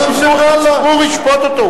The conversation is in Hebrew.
הציבור ישפוט אותו,